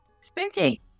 spooky